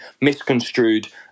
misconstrued